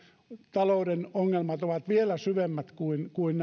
talouden ongelmat ovat vielä syvemmät kuin kuin